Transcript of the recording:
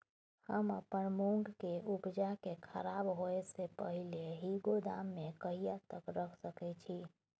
हम अपन मूंग के उपजा के खराब होय से पहिले ही गोदाम में कहिया तक रख सके छी?